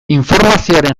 informazioaren